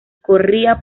corría